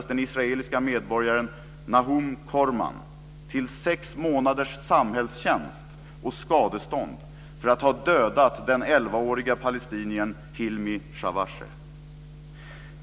Den israeliska medborgaren Nahum Korman dömdes till sex månaders samhällstjänst och skadestånd för att ha dödat den 11 åriga palestiniern Hilmi Shawasheh.